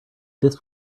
this